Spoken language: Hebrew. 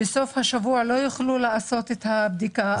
בסוף השבוע לא יוכלו לעשות את הבדיקה,